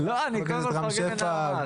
חבר הכנסת רם שפע,